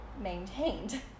maintained